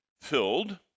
filled